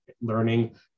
learning